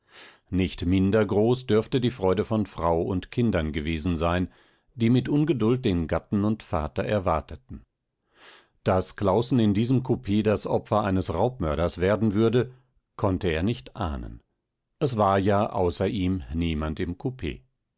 nicht minder groß dürfte die freude von frau und kindern gewesen sein die mit ungeduld den gatten und vater erwarteten daß claußen in diesem kupee das opfer eines raubmörders werden würde konnte er nicht ahnen es war ja außer ihm niemand im